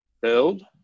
build